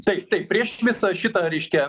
taip taip prieš visą šitą reiškia